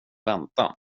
vänta